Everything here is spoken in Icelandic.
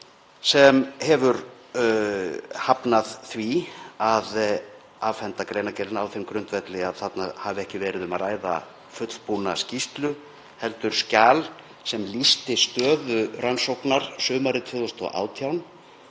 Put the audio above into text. sem hefur hafnað því að afhenda greinargerðina á þeim grundvelli að þarna hafi ekki verið um að ræða fullbúna skýrslu heldur skjal sem lýsti stöðu rannsóknar sumarið 2018,